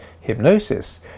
hypnosis